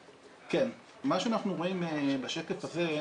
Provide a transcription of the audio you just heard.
מה שאנחנו רואים בשקף הזה,